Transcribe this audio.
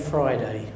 Friday